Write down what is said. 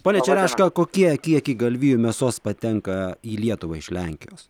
pone čerešką kokie kiekiai galvijų mėsos patenka į lietuvą iš lenkijos